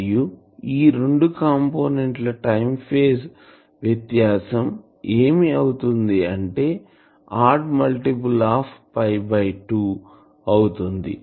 మరియు ఈ రెండు కంపోనెంట్ల టైం ఫేజ్ వ్యత్యాసం ఏమి అవుతుంది అంటే ఆడ్ మల్టిపుల్ ఆఫ్ 2 అవుతుంది